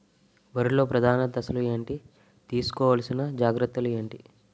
వరిలో ప్రధాన దశలు ఏంటి? తీసుకోవాల్సిన జాగ్రత్తలు ఏంటి?